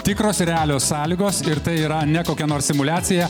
tikros realios sąlygos ir tai yra ne kokia nors simuliacija